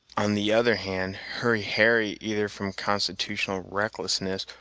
on the other hand, hurry harry, either from constitutional recklessness,